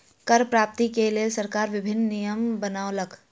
कर प्राप्ति के लेल सरकार विभिन्न नियम बनौलक